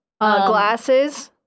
Glasses